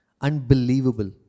unbelievable